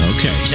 Okay